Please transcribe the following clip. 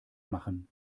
machen